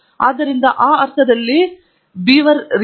ಆದ್ದರಿಂದ ಅವರು ಆ ಅರ್ಥದಲ್ಲಿ ಒಂದು ಬೀವರ್ ರೀತಿಯ